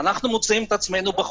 אנחנו מוצאים את עצמנו בחוץ.